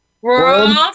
World